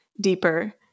deeper